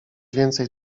więcej